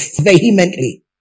vehemently